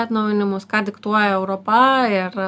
atnaujinimus ką diktuoja europa ir